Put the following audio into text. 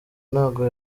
ntago